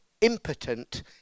impotent